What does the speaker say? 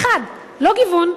אחד, לא גיוון.